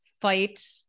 fight